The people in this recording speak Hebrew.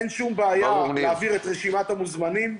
אין שום בעיה להעביר את רשימת המוזמנים.